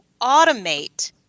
automate